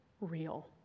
real